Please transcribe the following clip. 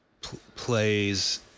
Plays